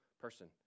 person